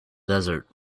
desert